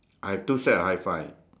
I have two set of hi-fi